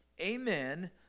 Amen